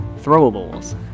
Throwables